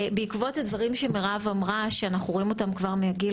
בעקבות הדברים שמירב אמרה שאנחנו רואים אותם כבר מהגיל